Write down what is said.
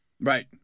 Right